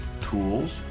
tools